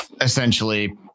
Essentially